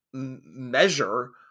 measure